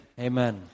Amen